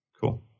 Cool